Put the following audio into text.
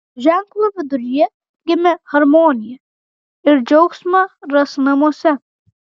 ženklo viduryje gimę harmoniją ir džiaugsmą ras namuose